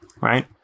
Right